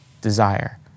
desire